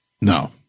No